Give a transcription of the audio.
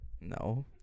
No